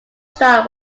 style